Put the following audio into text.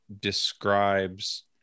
describes